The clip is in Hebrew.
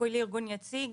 ניכוי לארגון יציג,